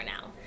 now